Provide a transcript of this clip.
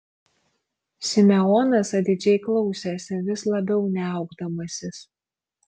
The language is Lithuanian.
simeonas atidžiai klausėsi vis labiau niaukdamasis